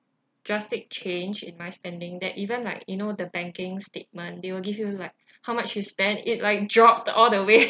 drastic change in my spending that even like you know the banking statement they will give you like how much you spend it like dropped all the way